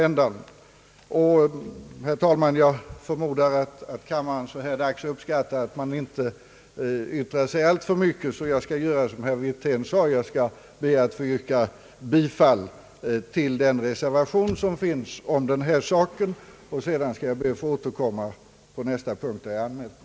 Jag förmodar, herr talman, att kammaren så här dags uppskattar att man inte yttrar sig alltför mycket. Jag skall därför göra som herr Wirtén sade och be att få yrka bifall till reservationen i denna fråga. Sedan ber jag att få återkomma vid nästa punkt där jag har anmält mig.